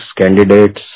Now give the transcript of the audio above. candidates